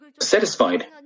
satisfied